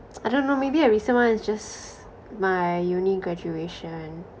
I don't know maybe a recent one is just my uni graduation